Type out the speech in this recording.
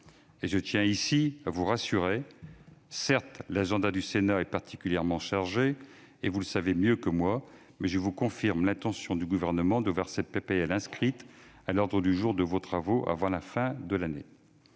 messieurs les sénateurs : même si l'agenda du Sénat est particulièrement chargé- vous le savez mieux que moi -, je vous confirme l'intention du Gouvernement de voir ce texte inscrit à l'ordre du jour de vos travaux avant la fin de l'année.